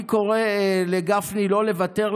אני קורא לגפני לא לוותר,